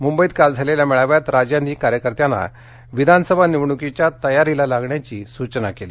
मुंबईत काल झालेल्या मेळाव्यात राज यांनी कार्यकर्त्यांना विधानसभा निवडणुकीच्या तयारीला लागण्याची सूचना केली